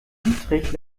dietrich